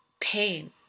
pain